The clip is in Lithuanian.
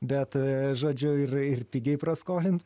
bet žodžiu ir ir pigiai praskolint